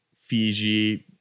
Fiji